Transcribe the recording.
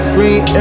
Green